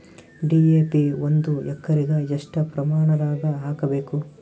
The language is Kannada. ಡಿ.ಎ.ಪಿ ಒಂದು ಎಕರಿಗ ಎಷ್ಟ ಪ್ರಮಾಣದಾಗ ಹಾಕಬೇಕು?